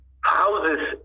houses